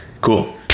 cool